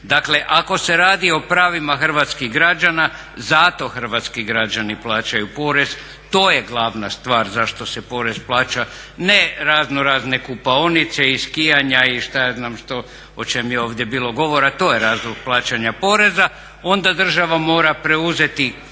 Dakle, ako se radi o pravima hrvatskih građana zato hrvatski građani plaćaju porez, to je glavna stvar zašto se porez plaća. Ne raznorazne kupaonice i skijanja i što ja znam što o čemu je ovdje bilo govora, to je razlog plaćanja poreza i onda država mora preuzeti u